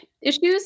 issues